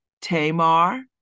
Tamar